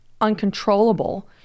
uncontrollable